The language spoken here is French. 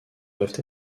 doivent